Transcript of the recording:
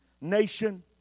nation